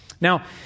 Now